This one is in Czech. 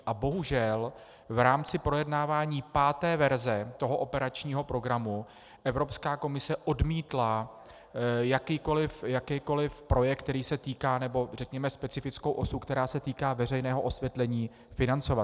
A bohužel v rámci projednávání páté verze toho operačního programu Evropská komise odmítla jakýkoli projekt, nebo řekněme specifickou osu, která se týká veřejného osvětlení, financovat.